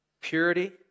Purity